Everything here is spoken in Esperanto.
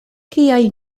kiaj